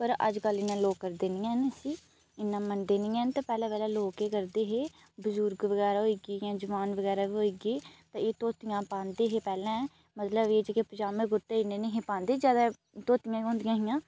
पर अज्जकल इन्ना लोक करदे नी ऐ न इसी इन्ना मन्नदे नी ऐ न पैह्ले पैह्ले लोक केह् करदे हे बजुर्ग बगैरा होई गे जियां जवान बगैरा होई गे एह् धोतियां पांदे हे पैह्लें मतलब एह् जेह्के पजामें कुर्ते इन्ने नेही हे पांदे ज्यादा धोतियां गै होंदियां हियां